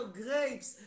grapes